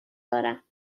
دارم